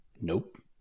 Nope